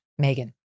Megan